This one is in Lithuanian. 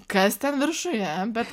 kas ten viršuje bet